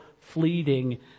fleeting